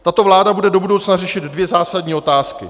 Tato vláda bude do budoucna řešit dvě zásadní otázky.